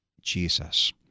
Jesus